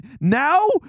now